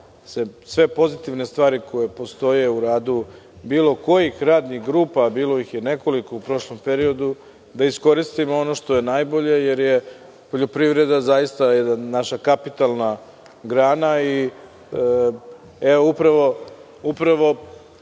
sve pozitivne stvari koje postoje u radu bilo kojih radnih grupa, a bilo ih je nekoliko u prošlom periodu, da iskoristimo ono što je najbolje, jer je poljoprivreda zaista naša kapitalna grana. Upravo